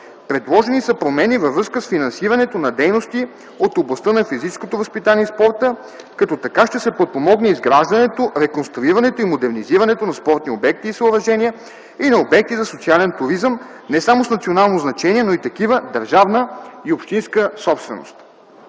Предложени са промени във връзка с финансирането на дейности от областта на физическото възпитание и спорта, като така ще се подпомогне изграждането, реконструирането и модернизирането на спортни обекти и съоръжения и на обекти за социален туризъм не само с национално значение, но и такива държавна и общинска собственост.